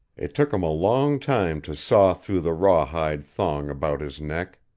it took him a long time to saw through the rawhide thong about his neck.